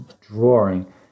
drawing